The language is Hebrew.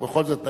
רק בכל זאת,